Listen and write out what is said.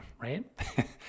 right